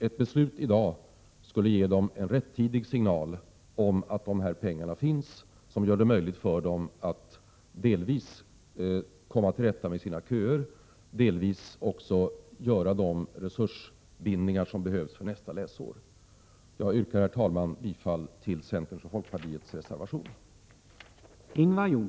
Ett beslut i dag skulle ge dem en rättidig signal om att pengarna finns och göra det möjligt för dem att delvis komma till rätta med sina köer, delvis också göra de resursbindningar som behövs för nästa läsår. Jag yrkar, herr talman, bifall till centerns och folkpartiets reservation.